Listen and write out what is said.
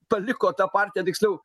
paliko tą partiją tiksliau